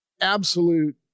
absolute